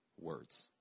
words